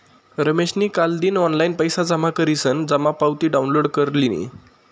रमेशनी कालदिन ऑनलाईन पैसा जमा करीसन जमा पावती डाउनलोड कर लिनी